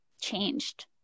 changed